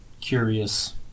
curious